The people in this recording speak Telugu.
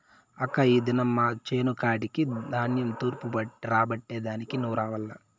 అక్కా ఈ దినం మా చేను కాడికి ధాన్యం తూర్పారబట్టే దానికి నువ్వు రావాల్ల